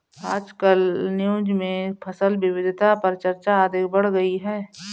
आजकल न्यूज़ में फसल विविधता पर चर्चा अधिक बढ़ गयी है